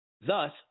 Thus